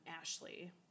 Ashley